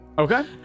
Okay